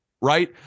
right